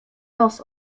nos